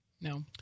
No